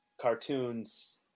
cartoons